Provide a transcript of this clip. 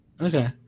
Okay